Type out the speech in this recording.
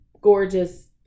gorgeous